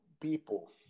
people